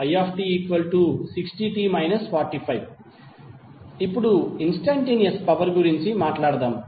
i ఇప్పుడు instantaneous power గురించి మాట్లాడుదాం